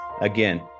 Again